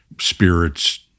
spirits